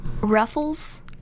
ruffles